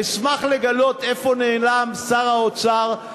אשמח לגלות לאיפה נעלם שר האוצר,